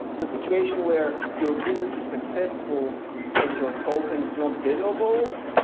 the situation where your business is successful and your token is not available,